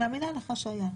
אני מאמינה לך שהיה.